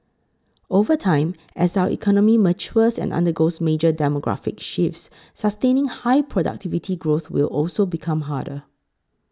over time as our economy matures and undergoes major demographic shifts sustaining high productivity growth will also become harder